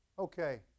Okay